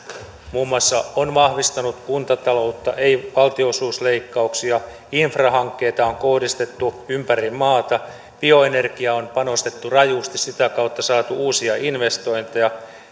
muun muassa on vahvistanut kuntataloutta ei tehdä valtionosuusleikkauksia infrahankkeita on kohdistettu ympäri maata bioenergiaan on panostettu rajusti ja sitä kautta saatu uusia investointeja